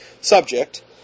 subject